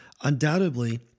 Undoubtedly